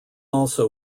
also